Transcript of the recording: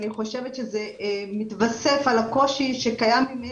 אני חושבת שזה מתווסף על הקושי שקיים ממילא.